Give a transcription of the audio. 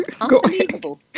Unbelievable